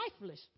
lifeless